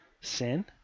sin